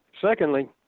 Secondly